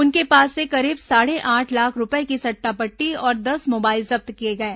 उनके पास से करीब साढ़े आठ लाख रूपये की सट्टा पट्टी और दस मोबाइल जब्त किए गए हैं